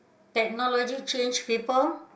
technology change people